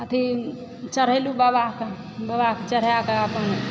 अथी चढ़ैलहुँ बाबा पर बाबाकेँ चढ़ाके अपन